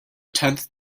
tenth